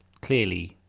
clearly